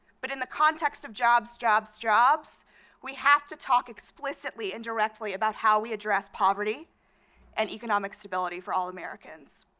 but in the context of jobs, jobs, jobs we have to talk explicitly and directly about how we address poverty and economic stability for all americans.